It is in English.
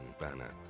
banner